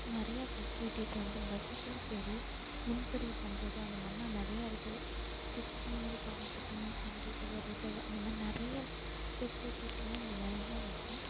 நிறையா ஃபெசிலிட்டிஸ் வந்து பஸுக்கும் சரி முன் பதிவு பண்ணுறது அந்த மாதிரிலாம் நிறைய இருக்கும் சிட்டிங் இருக்கும் and sitting and reserve reserve அந்த மாரி நிறைய ஃபெசிலிட்டிஸ் எல்லாம் இங்கே நிறைய இருக்கு